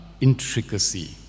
intricacy